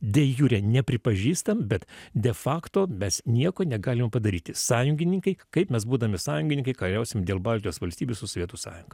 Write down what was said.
de jure nepripažįstam bet de fakto mes nieko negalim padaryti sąjungininkai kaip mes būdami sąjungininkai kariausim dėl baltijos valstybių su sovietų sąjunga